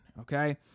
okay